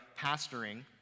pastoring